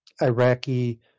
Iraqi –